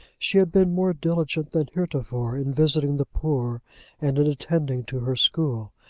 she had been more diligent than heretofore in visiting the poor and in attending to her school,